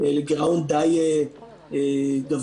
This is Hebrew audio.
לגירעון די גבוה,